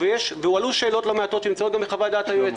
הועלו שאלות לא מעטות שנמצאות גם בחוות דעת היועץ,